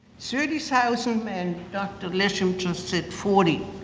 thirty thousand men dr. leshem just said forty,